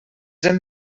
hem